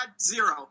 Zero